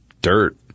dirt